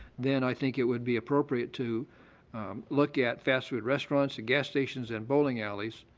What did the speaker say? then i think it would be appropriate to look at fast food restaurants, gas stations, and bowling alleys.